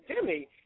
Jimmy